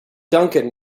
duncan